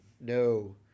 No